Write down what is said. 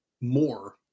more